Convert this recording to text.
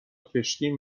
کشتیم